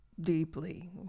deeply